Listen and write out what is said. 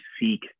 seek